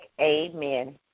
amen